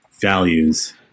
values